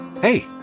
Hey